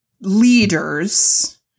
leaders